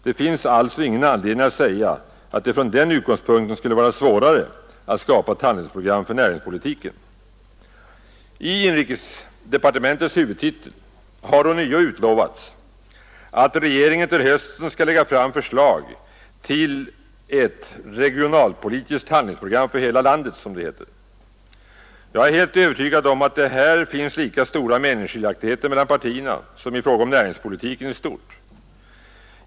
Det finns alltså ingen anledning att säga att det från den utgångspunkten skulle vara svårare att skapa ett handlingsprogram för näringspolitiken. I inrikesdepartementets huvudtitel har ånyo utlovats, att regeringen till hösten skall lägga fram förslag till ”ett regionalpolitiskt handlingsprogram för hela landet”. Jag är helt övertygad om att det här finns lika stora meningsskiljaktigheter mellan partierna som i fråga om näringspolitiken i stort.